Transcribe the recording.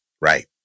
right